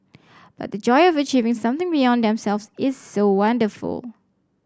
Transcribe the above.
but the joy of achieving something beyond themselves is so wonderful